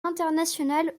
international